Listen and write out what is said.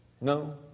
no